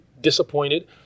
disappointed